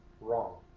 wrong